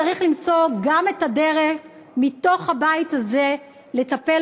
צריך למצוא גם את הדרך מתוך הבית הזה לטפל